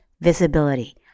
visibility